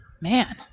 Man